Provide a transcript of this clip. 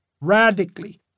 radically